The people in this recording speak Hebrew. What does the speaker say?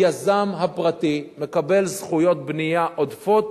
היזם הפרטי מקבל זכויות בנייה עודפות